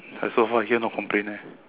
but so far I hear no complain